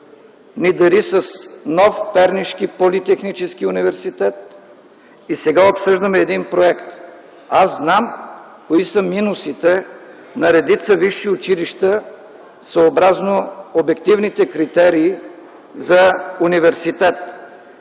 ни дари с нов Пернишки политехнически университет и сега обсъждаме един проект. Аз знам кои са минусите на редица висши училища, съобразно обективните критерии за университет.